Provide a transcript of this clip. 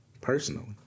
personally